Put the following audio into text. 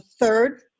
third